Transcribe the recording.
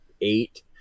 eight